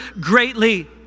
greatly